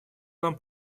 нам